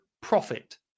profit